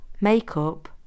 make-up